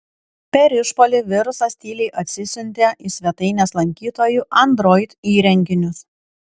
per išpuolį virusas tyliai atsisiuntė į svetainės lankytojų android įrenginius